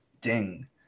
ding